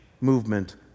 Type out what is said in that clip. movement